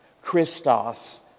Christos